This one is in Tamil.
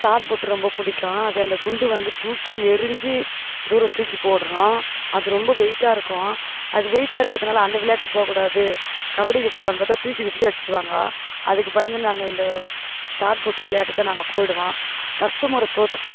ஷாட் புட் ரொம்ப பிடிக்கும் அது அந்த குண்டு வந்து தூக்கி எறிந்து தூர தூக்கி போடணும் அது ரொம்ப வெயிட்டாக இருக்கும் அது வெயிட்டாக இருக்கிறதுனால அந்த விளையாட்டு போக்கூடாது கபடிக்கு போகலான்னு பார்த்தா தூக்கி விசிரி அடிச்சிடுவாங்கோ அதுக்கு பயந்து நாங்கள் இந்த ஷாட் புட்டு விளையாட்டுக்கு நாங்க போய்டுவோம் ஃபஸ்ட்டு முறை தோத்துவிட்டேன்